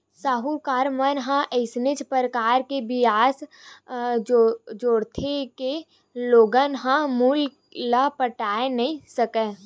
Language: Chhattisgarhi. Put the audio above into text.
साहूकार मन ह अइसे परकार ले बियाज जोरथे के लोगन ह मूल ल पटाए नइ सकय